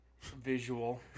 visual